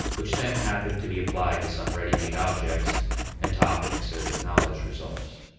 which then happen to be applied to some ready-made objects and topics so that knowledge results.